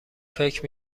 فکر